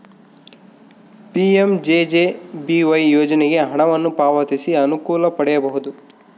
PMJJBY ಯೋಜನೆಗೆ ಹಣವನ್ನು ಪಾವತಿಸಿ ಅನುಕೂಲ ಪಡೆಯಬಹುದು